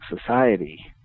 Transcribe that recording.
society